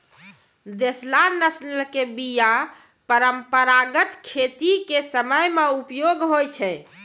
देशला नस्ल के बीया परंपरागत खेती के समय मे उपयोग होय छै